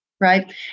right